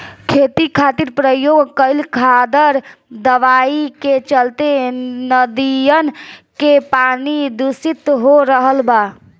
खेती खातिर प्रयोग कईल खादर दवाई के चलते नदियन के पानी दुसित हो रहल बा